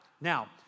Now